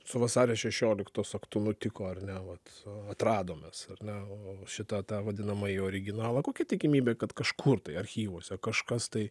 su vasario šešioliktos aktu nutiko ar ne vat atradom mes ar ne šitą tą vadinamąjį originalą kokia tikimybė kad kažkur tai archyvuose kažkas tai